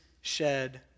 shed